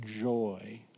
joy